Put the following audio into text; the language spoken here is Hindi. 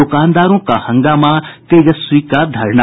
दुकानदारों का हंगामा तेजस्वी का धरना